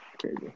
Crazy